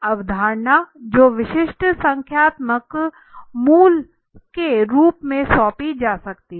अवधारणा जो विशिष्ट संख्यात्मक मूल्य के रूप में सौंपी जा सकती है